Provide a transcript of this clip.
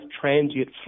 transient